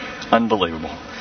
Unbelievable